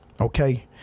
Okay